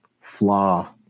flaw